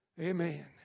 Amen